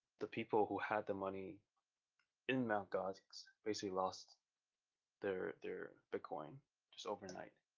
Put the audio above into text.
the people who had the money in mount gox basically lost their their bitcoin just overnight.